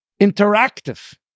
interactive